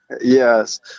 Yes